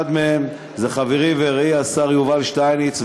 אחד מהם הוא חברי ורעי השר יובל שטייניץ,